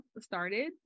started